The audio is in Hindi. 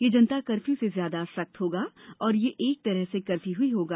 यह जनता कर्फ्यू से ज्यादा सख्त होगा और यह एक तरह से कर्फ्यू ही होगा